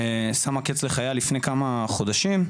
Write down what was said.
ששמה קץ לחייה לפני כמה חודשים,